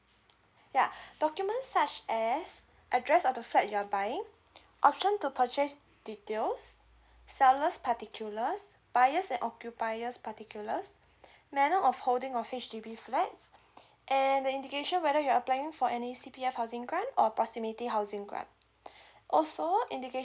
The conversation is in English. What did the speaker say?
yeah document such as address of the fat you are buying option to purchase details sellers particulars buyers and occupiers particulars manner of holding of H_D_B flats and the indication whether you're applying for any C_P_F housing grant or proximity housing grant also indication